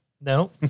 No